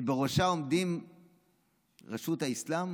שבראשה עומדים ראשות האסלאם.